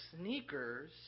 sneakers